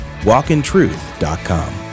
walkintruth.com